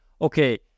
okay